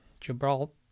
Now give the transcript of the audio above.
Gibraltar